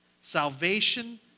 Salvation